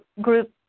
group